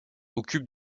occupe